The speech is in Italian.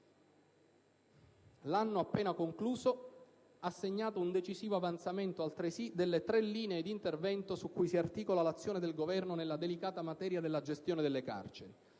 L'anno appena concluso ha segnato un decisivo avanzamento altresì delle tre linee di intervento su cui si articola l'azione del Governo nella delicata materia della gestione delle carceri: